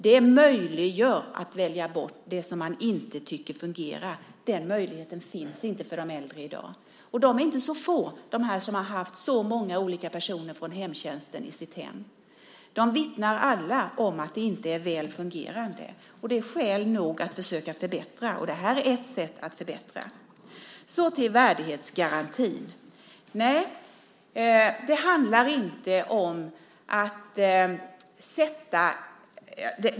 Det möjliggör att man väljer bort det som man inte tycker fungerar. Den möjligheten finns inte för de äldre i dag. De är inte så få - de som har haft så många olika personer från hemtjänsten i sitt hem. De vittnar alla om att det inte är väl fungerande. Det är skäl nog att försöka förbättra, och det här är ett sätt att försöka förbättra. Jag går nu över till att tala om värdighetsgarantin.